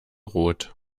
rot